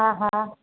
हा हा